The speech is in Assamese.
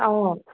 অঁ